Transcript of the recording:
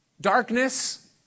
darkness